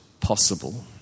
possible